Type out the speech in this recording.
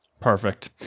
Perfect